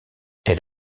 elle